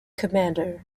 commander